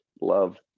love